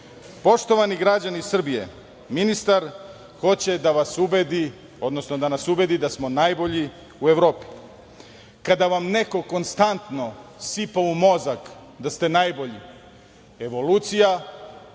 umeli. Poštovani građani Srbije, ministar hoće da nas ubedi da smo najbolji u Evropi. Kada vam neko konstantno sipa u mozak da ste najbolji, evolucija